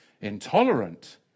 intolerant